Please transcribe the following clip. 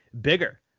bigger